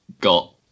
got